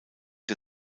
der